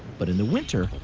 but in the winter,